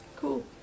Cool